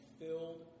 filled